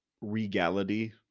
regality